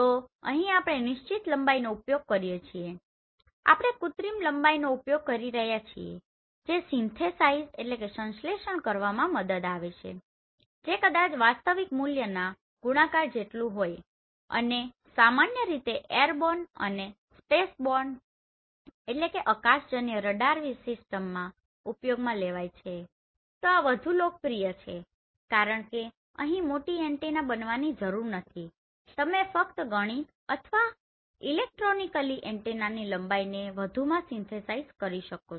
તો અહીં આપણે નિશ્ચિત લંબાઈનો ઉપયોગ કર્યો છે આપણે કૃત્રિમ લંબાઈનો ઉપયોગ કરી રહ્યા છીએ જે સીન્થેસાઈઝસંશ્લેષણકરવા મદદ માં આવે છે જે કદાચ વાસ્તવિક મૂલ્યના ગુણાકાર જેટલું હોય અને સામાન્ય રીતે એરબોર્ન અને સ્પેસબોરનSpaceborneઅકાશ જન્ય રડાર સિસ્ટમમાં ઉપયોગમાં લેવાય છે તો આ વધુ લોકપ્રિય છે કારણ કે અહીં મોટી એન્ટેના બનાવવાની જરૂર નથી તમે ફક્ત ગણિત અથવા ઇલેક્ટ્રોનિકલી એન્ટેનાની લંબાઈને વધુમાં સીન્થેસાઈઝ કરશો